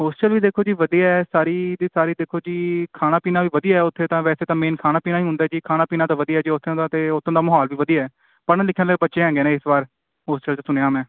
hostel ਵੀ ਦੇਖੋ ਜੀ ਵਧੀਆ ਸਾਰੀ ਦੀ ਸਾਰੀ ਦੇਖੋ ਜੀ ਖਾਣਾ ਪੀਣਾ ਵੀ ਵਧੀਆ ਉੱਥੇ ਤਾਂ ਵੈਸੇ ਤਾਂ ਮੇਨ ਖਾਣਾ ਪੀਣਾ ਹੀ ਹੁੰਦਾ ਜੀ ਖਾਣਾ ਪੀਣਾ ਤਾਂ ਵਧੀਆ ਜੀ ਉੱਥੋਂ ਦਾ ਅਤੇ ਉੱਥੋਂ ਦਾ ਮਾਹੌਲ ਵੀ ਵਧੀਆ ਪੜ੍ਹਨ ਲਿਖਣ ਵਾਲੇ ਬੱਚੇ ਹੈਗੇ ਨੇ ਇਸ ਵਾਰ ਹੋਸਟਲ 'ਚ ਸੁਣਿਆ ਮੈਂ